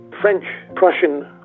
French-Prussian